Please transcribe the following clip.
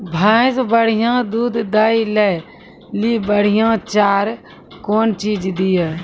भैंस बढ़िया दूध दऽ ले ली बढ़िया चार कौन चीज दिए?